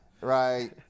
right